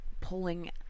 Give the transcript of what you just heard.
pulling